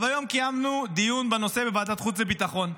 היום קיימנו דיון בנושא בוועדת החוץ והביטחון.